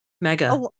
mega